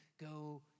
go